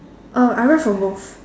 uh I write for both